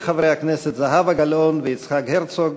של חברי הכנסת זהבה גלאון ויצחק הרצוג.